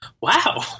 Wow